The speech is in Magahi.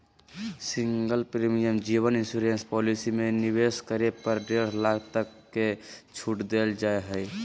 सिंगल प्रीमियम जीवन इंश्योरेंस पॉलिसी में निवेश करे पर डेढ़ लाख तक के छूट देल जा हइ